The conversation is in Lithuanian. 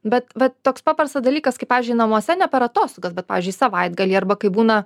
bet va toks paprastas dalykas kaip pavyzdžiui namuose ne per atostogas bet pavyzdžiui savaitgalį arba kai būna